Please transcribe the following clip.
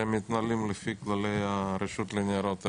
והן מתנהלות לפי הכללים לרשות לניירות ערך.